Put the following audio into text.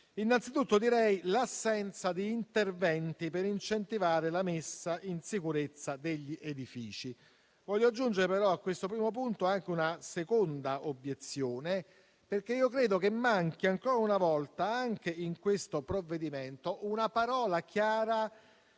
a partire dall'assenza di interventi per incentivare la messa in sicurezza degli edifici. Voglio aggiungere però a questo primo punto anche una seconda obiezione, perché credo che manchi, ancora una volta, anche in questo provvedimento, una parola chiara